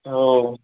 हो